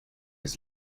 his